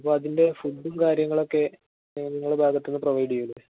അപ്പോള് അതിൻ്റെ ഫുഡും കാര്യങ്ങളുമൊക്കെ നിങ്ങളുടെ ഭാഗത്തുനിന്ന് പ്രൊവൈഡ് ചെയ്യില്ലെ